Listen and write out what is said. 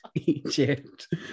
egypt